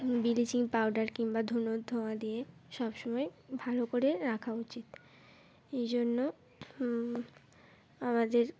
bleaching powder কিংবা ধুন ধোঁয়া দিয়ে সব সমময় ভালো করে রাখা উচিত এই জন্য আমাদের